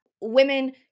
women